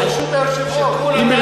אם,